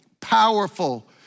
powerful